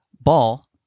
Ball